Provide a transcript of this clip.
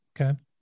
Okay